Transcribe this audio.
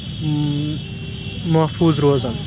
اۭں محفوٗظ روزان